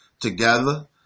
Together